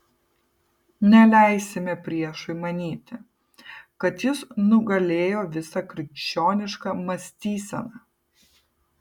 neleisime priešui manyti kad jis nugalėjo visą krikščionišką mąstyseną